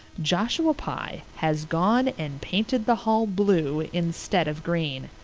joshua pye has gone and painted the hall blue instead of green.